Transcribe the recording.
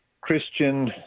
Christian